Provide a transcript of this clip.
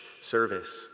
service